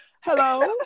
Hello